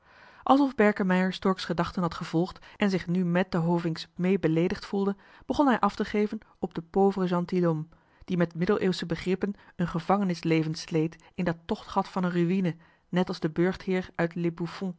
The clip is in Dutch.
alsof berkemeier stork's gedachten had gevolgd en zich nu met de hovink's mee beleedigd voelde begon hij af te geven op den pauvre gentilhomme die met middeleeuwsche begrippen een gevangenisleven sleet in dat tochtgat van een ruïne net als de burchtheer uit